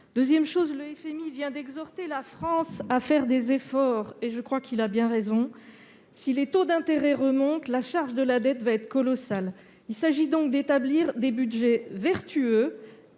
ailleurs le FMI vient d'exhorter la France à faire des efforts, et je crois qu'il a bien raison. Si les taux d'intérêt remontent, la charge de la dette sera colossale. Il s'agit donc d'établir des budgets vertueux,